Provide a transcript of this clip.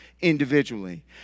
individually